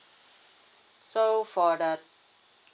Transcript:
so for the